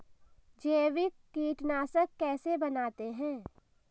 जैविक कीटनाशक कैसे बनाते हैं?